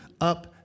up